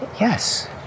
Yes